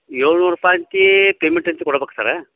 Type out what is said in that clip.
ಏಳ್ನೂರು ರೂಪಾಯಿ ಅಂತ ಪೇಮೆಂಟ್ ಅಂತ ಕೊಡ್ಬೇಕು ಸರ